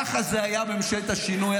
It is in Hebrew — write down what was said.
ככה זה היה בממשלת השינוי.